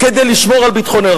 כדי לשמור על ביטחוננו.